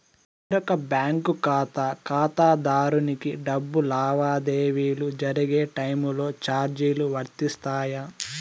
వేరొక బ్యాంకు ఖాతా ఖాతాదారునికి డబ్బు లావాదేవీలు జరిగే టైములో చార్జీలు వర్తిస్తాయా?